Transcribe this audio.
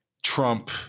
Trump